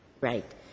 Right